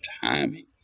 timing